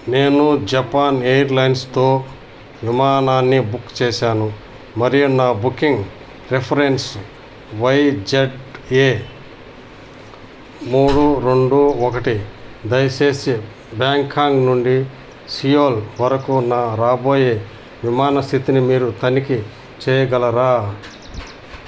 నేను జపాన్ ఎయిర్లైన్స్తో విమానాన్ని బుక్ చేశాను మరియు నా బుకింగ్ రిఫరెన్స్ వైజెడ్ఏ మూడు రెండు ఒకటి దయచేసి బ్యాంగ్కాక్ నుండి సియోల్ వరకు నా రాబోయే విమాన స్థితిని మీరు తనిఖీ చెయ్యగలరా